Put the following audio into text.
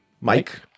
Mike